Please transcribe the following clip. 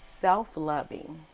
self-loving